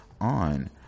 on